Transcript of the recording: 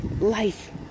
life